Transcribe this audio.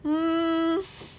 um